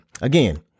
Again